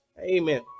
Amen